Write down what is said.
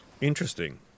interesting